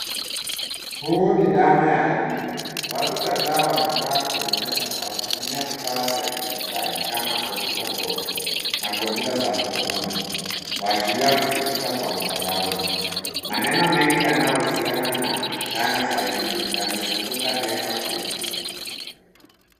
Huu ni dhana ya elimu. Watu kadhaa wamekaa kwenye meza wakitumia vifaa vya kidijitali kama kompyuta ndogo na kompyuta za mkononi kuashiria kujifunza kwa mtandaoni. Maneno mengi yanayohusiana na dhana za elimu yamezunguka neno kuu.